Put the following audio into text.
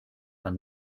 and